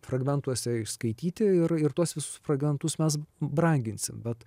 fragmentuose išskaityti ir ir tuos visus fragmentus mes branginsim vat